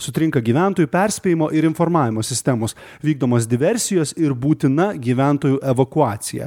sutrinka gyventojų perspėjimo ir informavimo sistemos vykdomos diversijos ir būtina gyventojų evakuacija